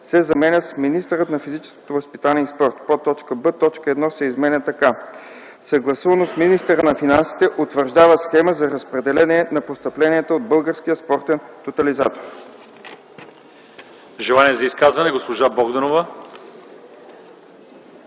се заменят с „министърът на физическото възпитание и спорта”; б) точка 1 се изменя така: 1. съгласувано с министъра на финансите утвърждава схема за разпределение на постъпленията от Българския спортен тотализатор”.”